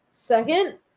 second